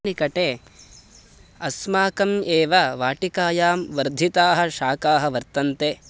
निकटे अस्माकम् एव वाटिकायां वर्धिताः शाकाः वर्तन्ते